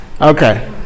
Okay